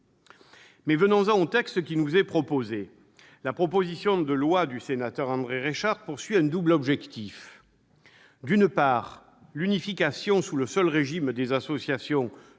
Mais venons-en au texte qui nous est soumis. La proposition de loi du sénateur André Reichardt répond à un double objectif : d'une part, l'unification sous le seul régime des associations